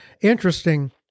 Interesting